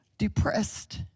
depressed